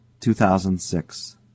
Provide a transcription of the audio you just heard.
2006